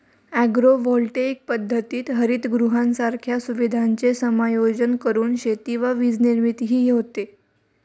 agrovoltaic पद्धतीत हरितगृहांसारख्या सुविधांचे समायोजन करून शेती व वीजनिर्मितीही होते